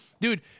Dude